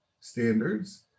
standards